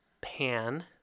Pan